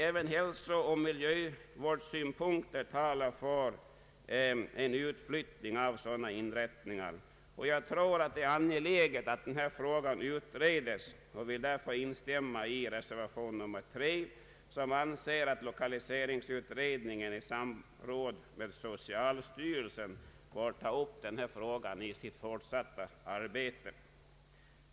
Även hälsooch miljövårdssynpunkter talar för en utflyttning av sådana inrättningar. Jag tror det är angeläget att frågan utredes och vill därför instämma i reservation 3, som anser att lokaliseringsutredningen i samråd med socialstyrelsen bör få ta upp den här frågan i sitt fortsatta arbete.